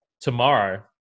tomorrow